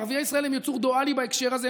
ערביי ישראל הם ייצור דואלי בהקשר הזה,